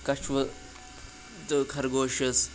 کَچھوٕ تہٕ خرگوشَس